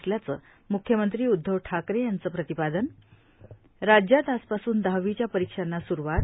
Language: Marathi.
असल्याचं मुख्यमंत्री उदधव ठाकरे यांचं प्रतिपादन राज्यात आज पासून दहावीच्या परीक्षांना सूरवात